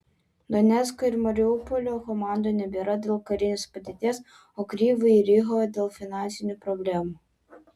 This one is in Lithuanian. donecko ir mariupolio komandų nebėra dėl karinės padėties o kryvyj riho dėl finansinių problemų